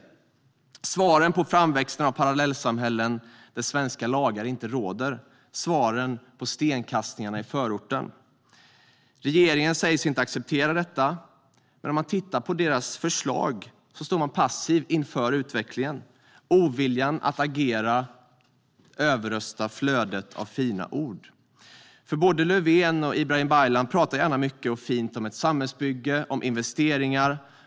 Vad är svaren på framväxandet av parallellsamhällen där svenska lagar inte råder, svaren på stenkastningarna i förorten? Regeringen säger sig inte acceptera detta, men i sina förslag står den passiv inför utvecklingen. Oviljan att agera överröstar flödet av fina ord. Både Stefan Löfven och Ibrahim Baylan talar gärna mycket och fint om samhällsbygge, om investeringar.